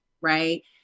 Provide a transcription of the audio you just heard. right